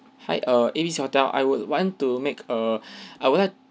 hi err A B C hotel I would want to make err I will like